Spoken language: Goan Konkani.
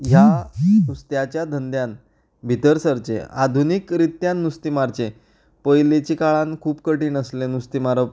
ह्या नुस्त्याच्या धंद्यान भितर सरचें आधुनीक रित्त्यान नुस्तें मारचें पयलींचे काळान खूब कठीण आसलें नुस्तें मारप